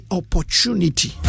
opportunity